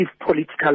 political